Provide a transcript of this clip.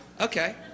Okay